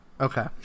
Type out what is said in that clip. Okay